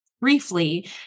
briefly